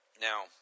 Now